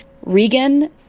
Regan